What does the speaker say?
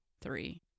three